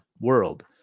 world